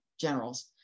generals